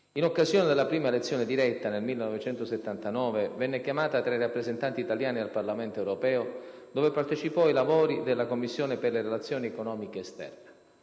In occasione della prima elezione diretta, nel 1979, venne chiamata tra i rappresentanti italiani al Parlamento europeo, dove partecipò ai lavori della Commissione per le relazioni economiche esterne.